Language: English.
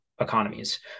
economies